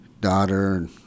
daughter